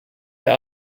der